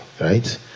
right